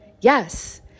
yes